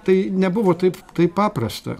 tai nebuvo tai taip paprasta